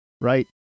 right